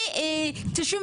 מ-92,